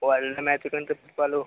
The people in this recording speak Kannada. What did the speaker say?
ಒಳ್ಳೆ ಮ್ಯಾಚು ಕಣ್ರೀ ಫುಟ್ಬಾಲು